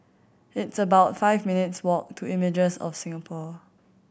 it's about five minutes' walk to Images of Singapore